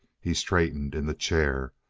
he straightened in the chair.